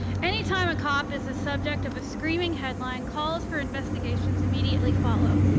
anytime a cop is the subject of a screaming headline, calls for investigations immediately follow.